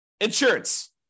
insurance